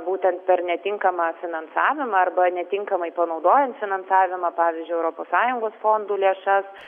būtent per netinkamą finansavimą arba netinkamai panaudojant finansavimą pavyzdžiui europos sąjungos fondų lėšas